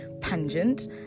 pungent